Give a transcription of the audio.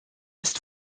ist